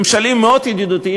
ממשלים מאוד ידידותיים,